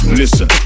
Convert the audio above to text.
listen